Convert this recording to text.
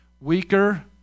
weaker